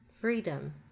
freedom